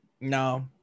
No